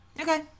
Okay